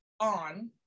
on